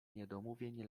niedomówień